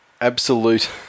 Absolute